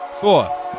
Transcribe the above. Four